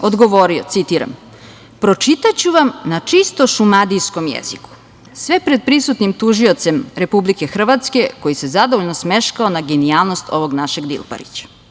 odgovorio, citiram: „Pročitaću vam na čisto šumadijskom jeziku“, sve pred prisutnim tužiocem Republike Hrvatske koji se zadovoljno smeškao na genijalnost ovog našeg Dilparića? Takođe,